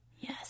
Yes